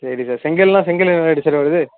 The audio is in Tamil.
சரி சார் செங்கல்லாம் செங்கல்லு என்ன ரேட்டு சார் வருது